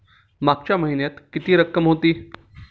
मागच्या महिन्यात किती रक्कम होती?